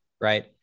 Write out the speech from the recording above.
right